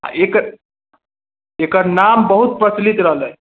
आ एक एकर नाम बहुत प्रचलित रहलै